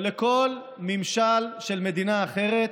או לכל ממשל של מדינה אחרת,